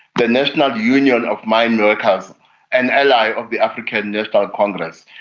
the national union of mineworkers, an ally of the african national congress,